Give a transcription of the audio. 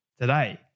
today